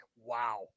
wow